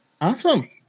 awesome